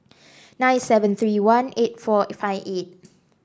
nine seven three one eight four five eight